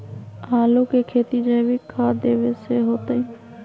आलु के खेती जैविक खाध देवे से होतई?